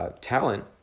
talent